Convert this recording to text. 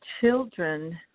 children